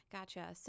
Gotcha